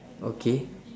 okay